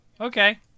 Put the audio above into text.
okay